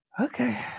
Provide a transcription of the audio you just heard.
okay